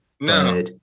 No